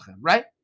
right